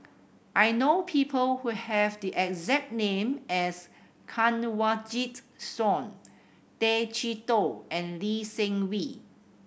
I know people who have the exact name as Kanwaljit Soin Tay Chee Toh and Lee Seng Wee